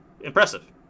Impressive